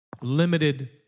Limited